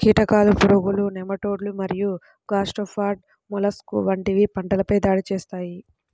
కీటకాలు, పురుగులు, నెమటోడ్లు మరియు గ్యాస్ట్రోపాడ్ మొలస్క్లు వంటివి పంటలపై దాడి చేస్తాయి